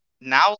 Now